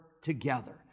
together